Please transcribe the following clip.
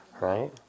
right